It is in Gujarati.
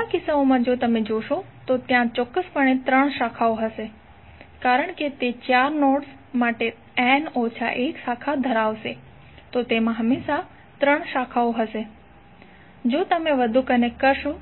બધા કિસ્સાઓમાં જો તમે જોશો તો ત્યાં ચોક્કસપણે ત્રણ શાખાઓ હશે કારણ કે તે ચાર નોડ્સ માટે n ઓછા એક શાખા ધરાવશે તો તેમાં હંમેશા ત્રણ શાખાઓ હશે જો તમે વધુ કનેક્ટ કરશો